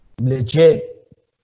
legit